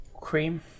cream